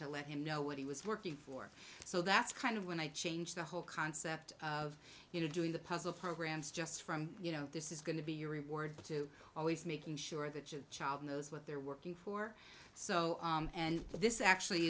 to let him know what he was working for so that's kind of when i changed the whole concept of you know doing the puzzle programs just from you know this is going to be your reward to always making sure that your child knows what they're working for so and this actually